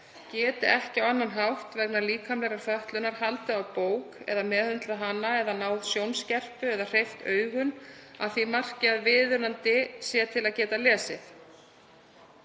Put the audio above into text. geti ekki á annan hátt, vegna líkamlegrar fötlunar, haldið á bók eða meðhöndlað hana eða náð sjónskerpu eða hreyft augun að því marki að viðunandi sé til að geta lesið.